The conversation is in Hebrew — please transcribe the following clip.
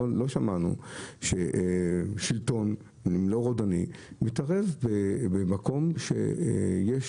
לא שמענו ששלטון לא רודני מתערב במקום שיש